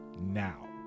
now